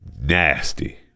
Nasty